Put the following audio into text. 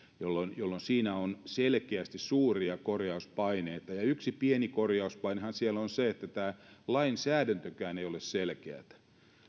jolloin jolloin siinä on selkeästi suuria korjauspaineita yksi pieni korjauspainehan siellä on se että tämä lainsäädäntökään ei ole selkeätä